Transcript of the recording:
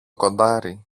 κοντάρι